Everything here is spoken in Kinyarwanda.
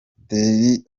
teteri